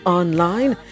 online